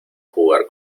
jugar